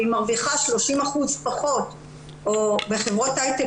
והיא מרוויחה 30% פחות או בחברות הייטק